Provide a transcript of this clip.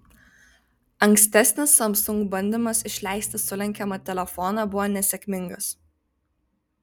ankstesnis samsung bandymas išleisti sulenkiamą telefoną buvo nesėkmingas